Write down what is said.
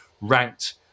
ranked